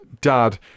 dad